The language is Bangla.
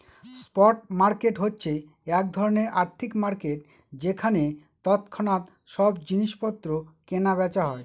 স্পট মার্কেট হচ্ছে এক ধরনের আর্থিক মার্কেট যেখানে তৎক্ষণাৎ সব জিনিস পত্র কেনা বেচা হয়